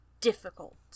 difficult